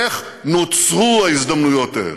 איך נוצרו ההזדמנויות האלה?